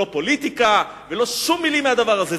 זה לא פוליטיקה ולא שום מלים מהדבר הזה.